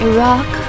Iraq